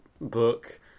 book